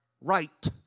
right